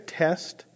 test